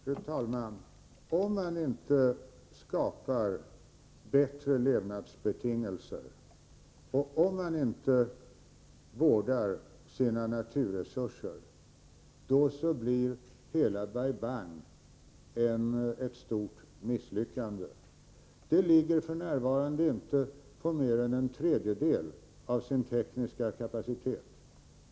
Fru talman! Om man inte skapar bättre levnadsbetingelser och om man inte vårdar sina naturresurser, då blir hela Bai Bang ett stort misslyckande. Bai Bang ligger f. n. inte på mer än en tredjedel av sin tekniska kapacitet.